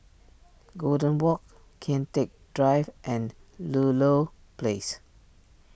Golden Walk Kian Teck Drive and Ludlow Place